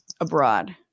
abroad